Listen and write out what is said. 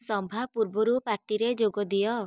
ସଭା ପୂର୍ବରୁ ପାର୍ଟିରେ ଯୋଗ ଦିଅ